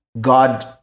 God